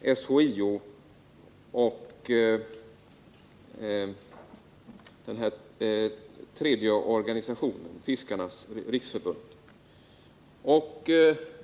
SHIO och Sveriges fiskares riksförbund.